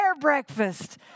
breakfast